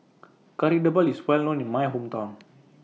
Kari Debal IS Well known in My Hometown